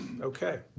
Okay